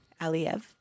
Aliyev